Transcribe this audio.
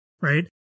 right